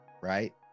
Right